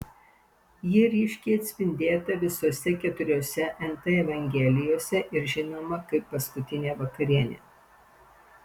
ji ryškiai atspindėta visose keturiose nt evangelijose ir žinoma kaip paskutinė vakarienė